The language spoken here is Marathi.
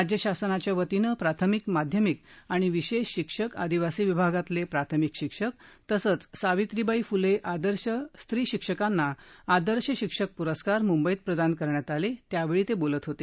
राज्य शासनाच्या वतीनं प्राथमिक माध्यमिक आणि विशेष शिक्षक आदिवासी विभागातील प्राथमिक शिक्षक तसंच सावित्रीबाई फुले आदर्श स्त्री शिक्षिकांना आदर्श शिक्षक पुरस्कार मुंबईत प्रदान करण्यात आले त्यावेळी ते बोलत होते